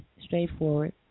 straightforward